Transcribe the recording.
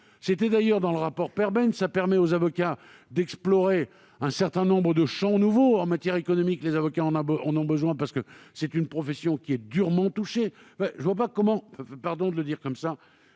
figurait d'ailleurs dans le rapport Perben, permet aux avocats d'explorer un certain nombre de champs nouveaux en matière économique. Ils en ont besoin, parce que c'est une profession durement touchée. Je ne vois pas comment on peut s'y opposer.